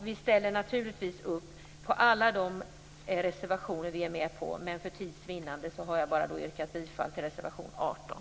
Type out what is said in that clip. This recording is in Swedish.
Vi ställer naturligtvis upp på alla reservationer som vi finns med på, men för tids vinnande yrkar jag bifall bara till reservation 18.